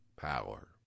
power